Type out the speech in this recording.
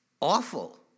Awful